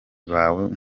bawe